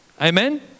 amen